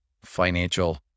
financial